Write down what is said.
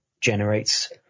generates